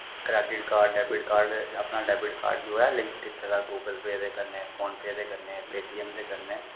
credit card debit card अपना debit card जो ऐ लिंक कीते दा गूगल पे दे कन्नै फोन पे दे कन्नै पे टीऐम दे कन्नै